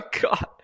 god